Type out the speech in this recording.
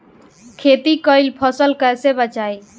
खेती कईल फसल कैसे बचाई?